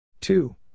two